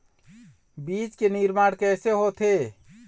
बीज के निर्माण कैसे होथे?